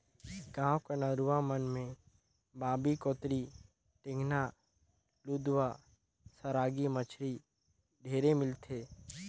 गाँव कर नरूवा मन में बांबी, कोतरी, टेंगना, लुदवा, सरांगी मछरी ढेरे मिलथे